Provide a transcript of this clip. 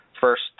first